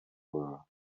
were